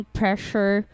pressure